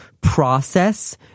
process